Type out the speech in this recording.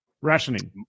Rationing